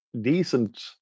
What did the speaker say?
decent